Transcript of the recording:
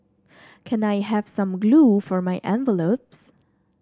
can I have some glue for my envelopes